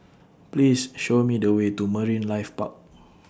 Please Show Me The Way to Marine Life Park